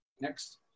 Next